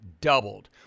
doubled